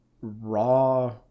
raw